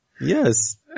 Yes